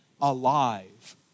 alive